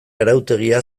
arautegia